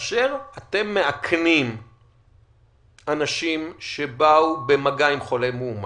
כאשר אתם מאכנים אנשים שבאו במגע עם חולה מאומת,